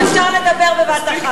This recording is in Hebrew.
קולות אפשר לדבר בבת אחת.